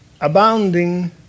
abounding